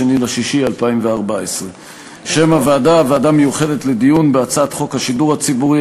2 ביוני 2014. שם הוועדה: ועדה מיוחדת לדיון בהצעת חוק השידור הציבורי,